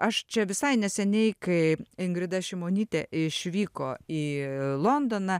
aš čia visai neseniai kai ingrida šimonytė išvyko į londoną